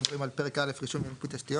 אנחנו מדברים על חלק א': רישוי ומיפוי תשתיות.